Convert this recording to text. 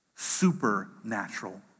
supernatural